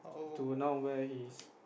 to now where he is